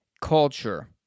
culture